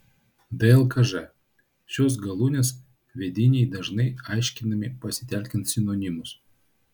dlkž šios galūnės vediniai dažnai aiškinami pasitelkiant sinonimus